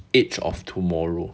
edge of tomorrow